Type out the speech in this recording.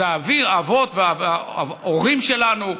זה האבות וההורים שלנו,